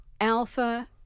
alpha